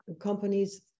companies